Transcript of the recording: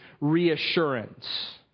reassurance